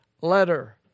letter